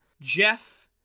Jeff